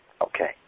Okay